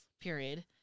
Period